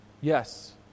Yes